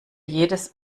jedes